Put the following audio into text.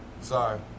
sorry